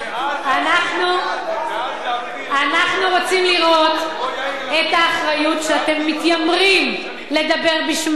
אנחנו רואים את האחריות שאתם מתיימרים לדבר בשמה.